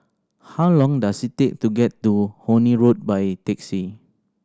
how long does it take to get to Horne Road by taxi